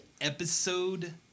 episode